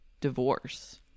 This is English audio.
divorce